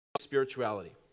Spirituality